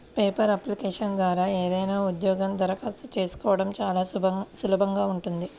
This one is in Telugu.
పేపర్ అప్లికేషన్ల ద్వారా ఏదైనా ఉద్యోగానికి దరఖాస్తు చేసుకోడం చానా సులభంగా ఉంటది